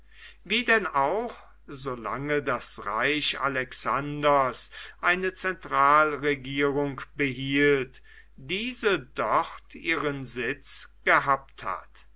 wie denn auch solange das reich alexanders eine zentralregierung behielt diese dort ihren sitz gehabt hat